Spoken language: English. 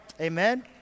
Amen